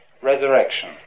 Resurrection